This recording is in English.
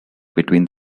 between